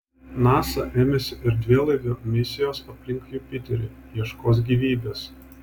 nasa ėmėsi erdvėlaivio misijos aplink jupiterį ieškos gyvybės